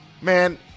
Man